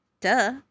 duh